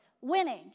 winning